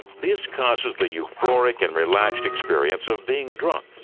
this causes the euphoric and relaxed experience of being drunk,